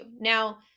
now